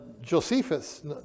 josephus